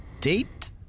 date